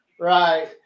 right